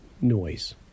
noise